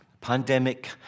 pandemic